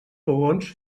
fogons